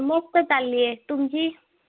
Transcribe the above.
मस्त चालली आहे तुमची